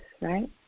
right